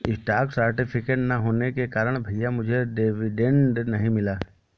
stock certificate ना होने के कारण भैया मुझे डिविडेंड नहीं मिला